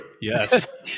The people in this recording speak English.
Yes